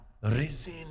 Risen